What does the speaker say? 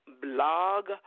blog